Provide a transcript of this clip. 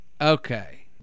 okay